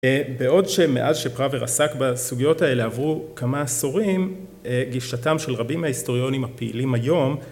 בעוד שמאז שפראבר עסק בסוגיות האלה עברו כמה עשורים, גישתם של רבים מההיסטוריונים הפעילים היום